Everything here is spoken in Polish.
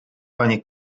panie